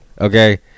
Okay